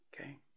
Okay